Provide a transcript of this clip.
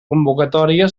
convocatòria